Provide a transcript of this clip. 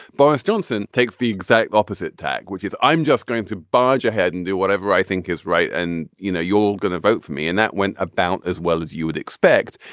boris johnson takes the exact opposite tack which is i'm just going to barge ahead and do whatever i think is right and you know you're going to vote for me and that went about as well as you would expect.